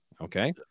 Okay